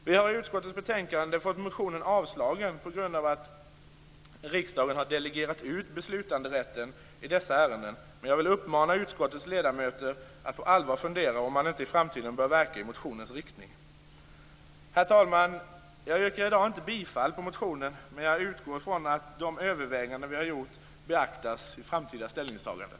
Vi har i utskottets betänkande fått motionen avslagen på grund av att riksdagen har delegerat ut beslutanderätten i dessa ärenden. Men jag vill uppmana utskottets ledamöter att på allvar fundera över om man inte i framtiden bör verka i motionens riktning. Herr talman! Jag yrkar i dag inte bifall till motionen, men utgår ifrån att de överväganden vi har gjort beaktas i framtida ställningstaganden.